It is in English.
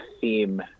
theme